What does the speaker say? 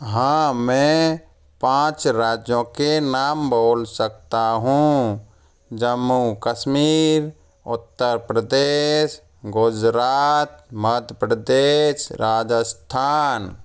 हाँ मैं पाँच राज्यों के नाम बोल सकता हूँ जम्मू कश्मीर उत्तर प्रदेश गुजरात मध्य प्रदेश राजस्थान